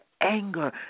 anger